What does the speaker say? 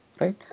right